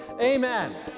amen